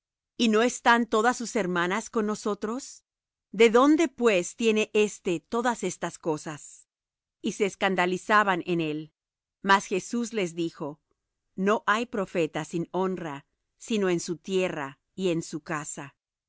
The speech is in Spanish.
y no están todas sus hermanas con nosotros de dónde pues tiene éste todas estas cosas y se escandalizaban en él mas jesús les dijo no hay profeta sin honra sino en su tierra y en su casa